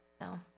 no